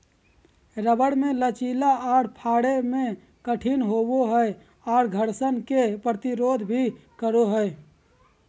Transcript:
rubber मे लचीला आर फाड़े मे कठिन होवो हय आर घर्षण के प्रतिरोध भी करो हय